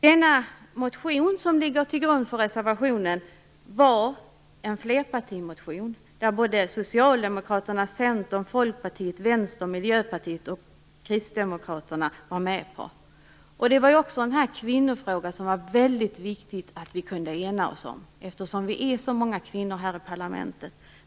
Den motion som ligger till grund för reservationen är en flerpartimotion. Socialdemokraterna, Centern, Folkpartiet, Vänsterpartiet, Miljöpartiet och Kristdemokraterna stod bakom den. Det var mycket viktigt att vi kunde enas om denna kvinnofråga, eftersom det är så många kvinnor här i parlamentet.